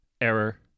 Error